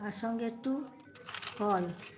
তার সঙ্গে একটু ফল